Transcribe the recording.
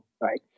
right